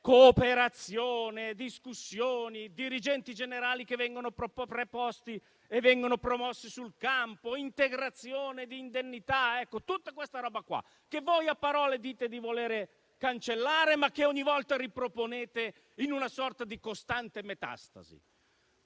cooperazione, discussioni, dirigenti generali che vengono preposti e promossi sul campo, integrazione di indennità. Sono tutte cose che voi, a parole, dite di volere cancellare, ma che ogni volta riproponete, in una sorta di costante metastasi.